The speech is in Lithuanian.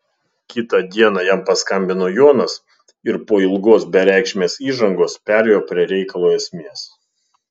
kitą dieną jam paskambino jonas ir po ilgos bereikšmės įžangos perėjo prie reikalo esmės